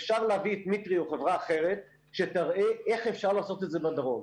אפשר להביא את Mitre או חברה אחרת שתראה איך אפשר לעשות את זה בדרום.